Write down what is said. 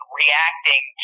reacting